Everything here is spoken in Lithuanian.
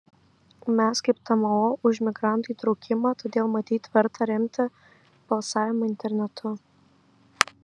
mes kaip tmo už migrantų įtraukimą todėl matyt verta remti balsavimą internetu